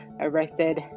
arrested